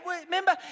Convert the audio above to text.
remember